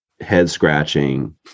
head-scratching